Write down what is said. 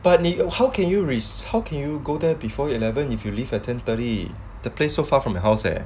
but 你 how can you risk how can you go there before eleven if you leave at ten thirty the place so far from your house leh